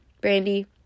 brandy